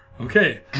Okay